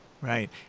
Right